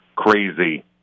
crazy